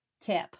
tip